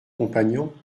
compagnon